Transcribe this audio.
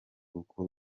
uko